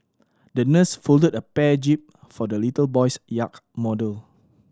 the nurse folded a bear jib for the little boy's yacht model